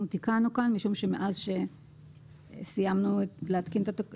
אנחנו תיקנו כאן, משום שמאז שסיימנו עם הנוסח,